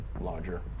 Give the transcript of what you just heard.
larger